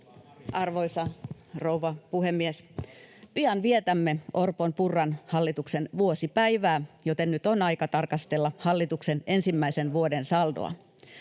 Arvoisa rouva puhemies! Pian vietämme Orpon—Purran hallituksen vuosipäivää, joten nyt on aika tarkastella hallituksen ensimmäisen vuoden saldoa.